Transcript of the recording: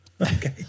Okay